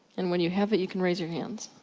and when you have it you can raise your hands.